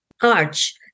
arch